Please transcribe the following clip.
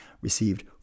received